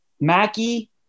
Mackie